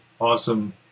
awesome